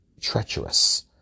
treacherous